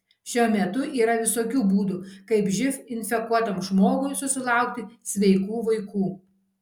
šiuo metu yra visokių būdų kaip živ infekuotam žmogui susilaukti sveikų vaikų